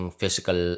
physical